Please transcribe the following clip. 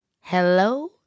Hello